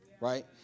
right